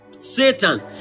Satan